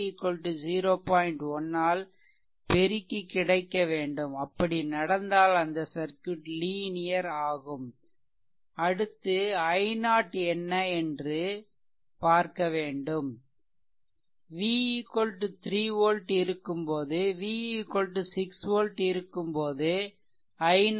1 ஆல் பெருக்கி கிடைக்க வேண்டும் அப்படி நடந்தால் அந்த சர்க்யூட் லீனியர்ஆகும் அடுத்து i0 என்ன என்று v 3 volts இருக்கும்போது v 6 volt இருக்கும்போது கணக்கிட வேண்டும்